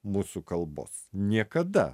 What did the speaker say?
mūsų kalbos niekada